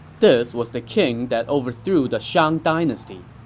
this was the king that overthrew the shang dynasty.